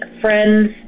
friends